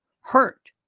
hurt